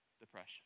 depression